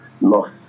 loss